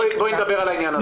בואי נדבר על העניין הזה.